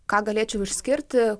ką galėčiau išskirti